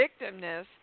victimness